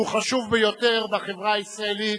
שהוא חשוב ביותר בחברה הישראלית,